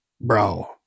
bro